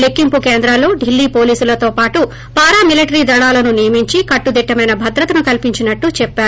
లెక్కింపు కేంద్రాల్లో ఢిల్లీ పోలీసులతో పాటు పారామిలీటరీ దళాలను నియమించి కట్టుదిట్టమైన భద్రతను కల్పించినట్లు చెప్పారు